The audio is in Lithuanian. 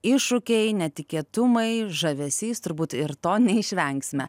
iššūkiai netikėtumai žavesys turbūt ir to neišvengsime